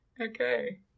okay